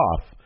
off